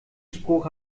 spruch